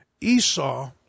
Esau